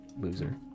Loser